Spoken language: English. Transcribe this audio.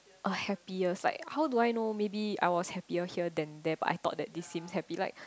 a happiest like how do I know maybe I was happier here than there but I thought this seems happy like